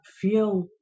feel